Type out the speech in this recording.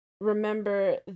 remember